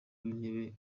w’intebe